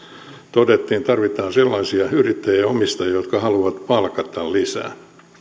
todettiin tarvitaan sellaisia yrittäjiä ja omistajia jotka haluavat palkata lisää